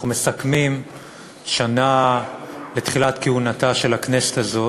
מסכמים שנה לתחילת כהונתה של הכנסת הזאת.